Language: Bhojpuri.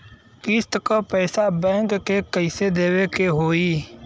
किस्त क पैसा बैंक के कइसे देवे के होई?